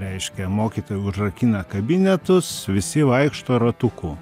reiškia mokytojai užrakina kabinetus visi vaikšto ratuku